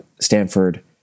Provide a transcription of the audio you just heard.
Stanford